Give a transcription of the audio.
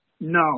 No